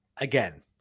Again